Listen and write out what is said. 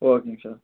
ஓகேங்க சார்